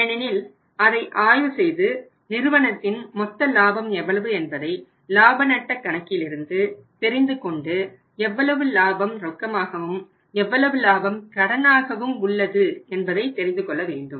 ஏனெனில் அதை ஆய்வு செய்து நிறுவனத்தின் மொத்த லாபம் எவ்வளவு என்பதை லாப நட்டக் கணக்கிலிருந்து தெரிந்துகொண்டு எவ்வளவு லாபம் ரொக்கமாகாவும் எவ்வளவு லாபம் கடனாகாவும் உள்ளது என்பதை தெரிந்து கொள்ள வேண்டும்